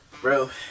Bro